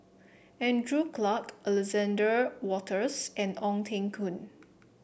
Andrew Clarke Alexander Wolters and Ong Teng Koon